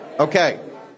Okay